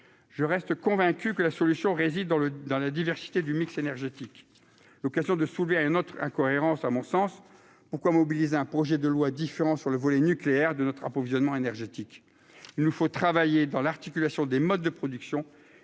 je reste convaincu que la solution réside dans le dans la diversité du mix énergétique, l'occasion de soulever un autre incohérence, à mon sens, pourquoi mobiliser un projet de loi différents sur le volet nucléaire de notre approvisionnement énergétique, il nous faut travailler dans l'articulation des modes de production,